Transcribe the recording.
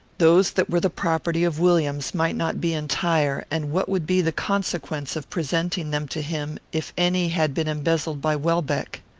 those that were the property of williams might not be entire, and what would be the consequence of presenting them to him, if any had been embezzled by welbeck?